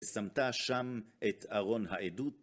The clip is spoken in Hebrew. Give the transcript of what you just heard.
ושמת שם את ארון העדות.